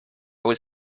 was